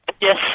Yes